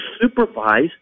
supervise